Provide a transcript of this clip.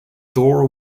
door